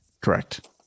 Correct